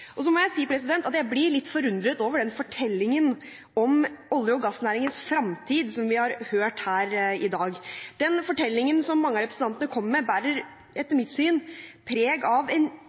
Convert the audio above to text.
Jeg blir litt forundret over den fortellingen om olje- og gassnæringens fremtid som vi har hørt her i dag. Den fortellingen som mange av representantene kommer med, bærer etter mitt syn preg av en